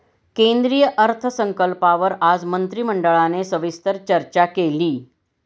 केंद्रीय अर्थसंकल्पावर आज मंत्रिमंडळाने सविस्तर चर्चा केली